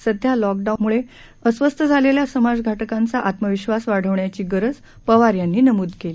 सध्या लॉकडाऊनमुळे अस्वस्थ असलेल्या समाजघटकांचा आत्मविश्वास वाढवण्याची गरजही पवार यांनी नमूद केली